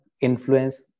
influence